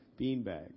beanbag